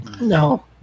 No